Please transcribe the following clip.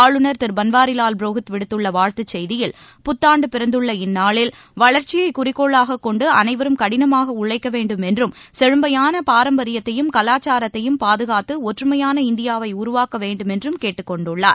ஆளுநர் திருபன்வாரிலால் புரோகித் விடுத்துள்ளவாழ்த்துச் செய்தியில் புத்தாண்டுபிறந்துள்ள இந்நாளில் வளர்ச்சியைகுறிக்கோளாகக் கொன்டுஅனைவரும் கடினமாகஉழைக்கவேண்டும் என்றும் செழுமையானபாரம்பரியத்தையும் கலாச்சாரத்தையும் பாதுகாத்துடுற்றுமையான இந்தியாவைஉருவாக்கவேண்டுமென்றுகேட்டுக்கொண்டுள்ளார்